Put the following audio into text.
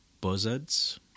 buzzards